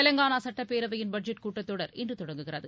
தெலங்கானா சட்டப்பேரவையின் பட்ஜெட் கூட்டத்தொடர் இன்று தொடங்குகிறது